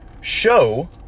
show